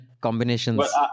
combinations